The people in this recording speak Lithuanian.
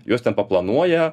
jos ten paplanuoja